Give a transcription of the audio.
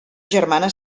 germana